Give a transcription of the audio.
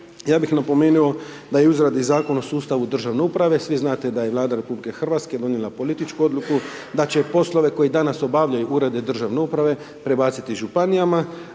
ja bih napomenuo da je u izradi zakon o sustavu državne uprave. Svi znate da je Vlada RH, donijela političku odluku, da će poslove koje danas obavljaju uredi državne uprave, prebaciti županijama,